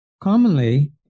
commonly